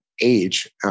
age